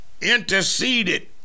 interceded